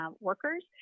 workers